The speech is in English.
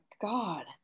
God